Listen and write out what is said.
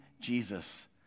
Jesus